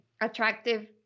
attractive